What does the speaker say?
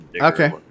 Okay